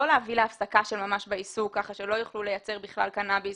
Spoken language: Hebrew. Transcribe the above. להביא להפסקה של ממש בעיסוק כך שלא יוכלו לייצר בכלל קנאביס